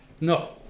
No